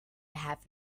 have